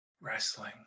wrestling